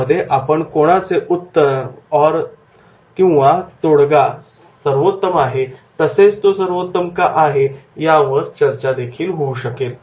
यामध्ये आपण कोणाचे उत्तर तोडगा सर्वोत्तम आहे तसेच तो सर्वोत्तम का आहे यावर चर्चा देखील होऊ शकेल